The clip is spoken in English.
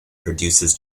produces